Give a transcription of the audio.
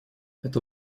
это